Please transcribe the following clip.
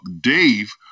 Dave